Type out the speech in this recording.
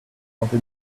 santé